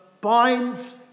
binds